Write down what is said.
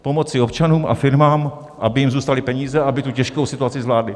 Pomoci občanům a firmám, aby jim zůstaly peníze a aby tu těžkou situaci zvládli.